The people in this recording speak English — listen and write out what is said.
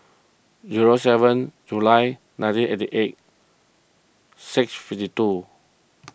zero seven July nineteen eighty eight six fifty two